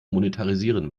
monetarisieren